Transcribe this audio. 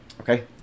Okay